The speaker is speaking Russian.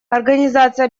организация